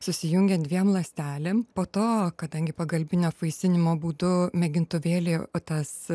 susijungiant dviem ląstelėm po to kadangi pagalbinio apvaisinimo būdu mėgintuvėlyje o tas